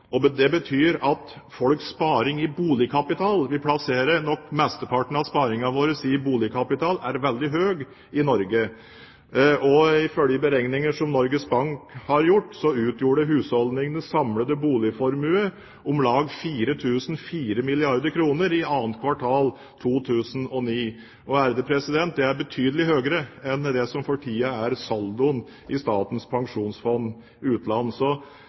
i Europa. Det betyr at folks sparing i boligkapital – vi plasserer nok mesteparten av sparingen vår i boligkapital – er veldig stor i Norge, og ifølge beregninger som Norges Bank har gjort, utgjorde husholdningenes samlede boligformue om lag 4 004 milliarder kr i annet kvartal 2009. Det er betydelig mer enn det som for tiden er saldoen i Statens pensjonsfond utland. Så